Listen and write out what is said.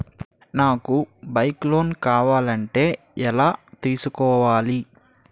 నాకు bike loan కావాలంటే ఎలా తీసుకోవాలి?